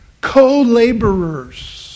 Co-laborers